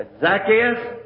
Zacchaeus